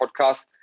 podcast